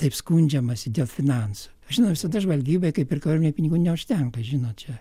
taip skundžiamasi dėl finansų žinot visada žvalgybai kaip ir kariuomenei pinigų neužtenka žinot čia